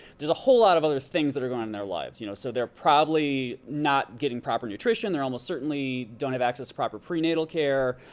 there's a whole lot of other things that are going on in their lives. you know so they're probably not getting proper nutrition, they almost certainly don't have access to proper prenatal care.